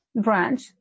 branch